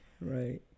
right